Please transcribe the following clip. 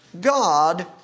God